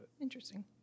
Interesting